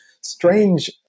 strange